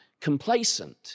complacent